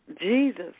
Jesus